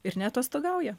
ir neatostogauja